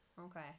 Okay